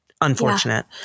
Unfortunate